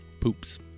Poops